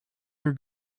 your